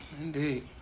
Indeed